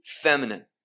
feminine